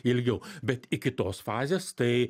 ilgiau bet iki tos fazės tai